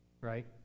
right